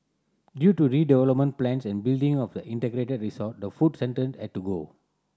due to redevelopment plans and building of the integrated resort the food had to go